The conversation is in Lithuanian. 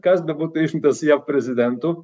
kas bebūtų išrinktas jav prezidentu